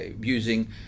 using